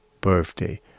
birthday